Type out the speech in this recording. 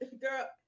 Girl